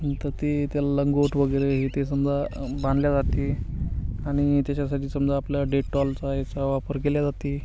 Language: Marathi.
नंतर ते त्या लंगोट वगैरे हे ते समजा बांधले जाते आणि त्याच्यासाठी समजा आपल्या डेटटॉलचा याचा वापर केला जाते